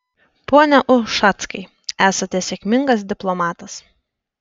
pone ušackai esate sėkmingas diplomatas